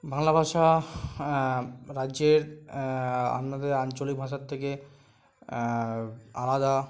বাংলা ভাষা রাজ্যের আপনাদের আঞ্চলিক ভাষার থেকে আলাদা